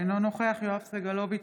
אינו נוכח יואב סגלוביץ'